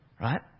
right